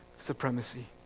supremacy